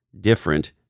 different